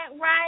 right